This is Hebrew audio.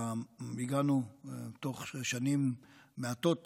ובתוך שנים מעטות